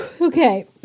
okay